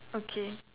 okay